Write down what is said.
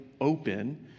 open